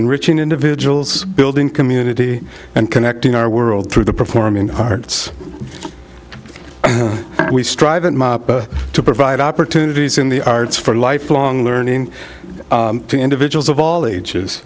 enriching individuals building community and connecting our world through the performing arts we strive to provide opportunities in the arts for lifelong learning to individuals of all